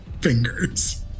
fingers